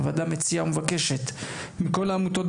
הוועדה מציעה ומבקשת מכל העמותות,